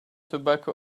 tobacco